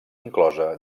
inclosa